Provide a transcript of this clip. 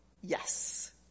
yes